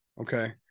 Okay